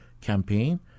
campaign